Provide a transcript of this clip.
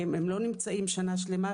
הם לא נמצאים שנה שלמה,